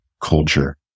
culture